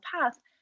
path